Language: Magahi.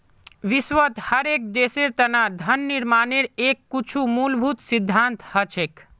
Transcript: विश्वत हर एक देशेर तना धन निर्माणेर के कुछु मूलभूत सिद्धान्त हछेक